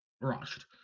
rushed